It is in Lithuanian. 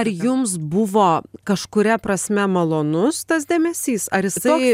ar jums buvo kažkuria prasme malonus tas dėmesys ar jisai